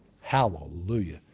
Hallelujah